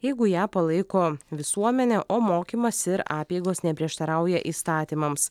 jeigu ją palaiko visuomenė o mokymas ir apeigos neprieštarauja įstatymams